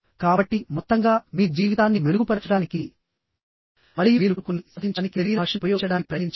కాబట్టి మొత్తంగా మీ జీవితాన్ని మెరుగుపరచడానికి మరియు మీరు కోరుకున్నది సాధించడానికి శరీర భాషను ఉపయోగించడానికి ప్రయత్నించండి